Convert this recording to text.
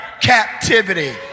captivity